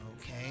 Okay